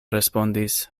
respondis